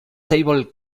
table